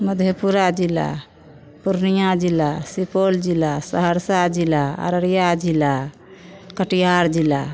मधेपुरा जिला पूर्णिया जिला सुपौल जिला सहरसा जिला अररिया जिला कटिहार जिला